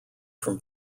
from